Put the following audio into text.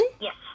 Yes